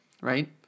Right